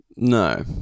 No